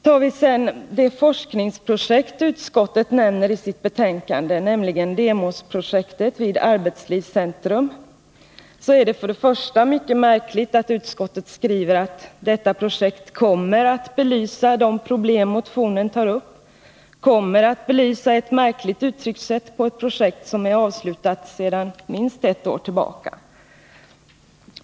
När det sedan gäller det forskningsprojekt som utskottet nämner i sitt betänkande, nämligen Demosprojektet vid Arbetslivscentrum, så är det mycket märkligt att utskottet skriver att detta projekt kommer att belysa de problem som tas upp i motionen —””kommer att belysa” är ett märkligt sätt att uttrycka sig på, eftersom det gäller ett projekt som är avslutat sedan minst ett årtillbaka.